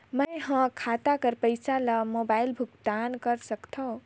मैं ह खाता कर पईसा ला मोबाइल भुगतान कर सकथव?